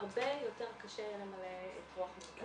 הרבה יותר קשה למלא את רוח מדבר.